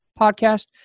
podcast